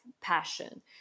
passion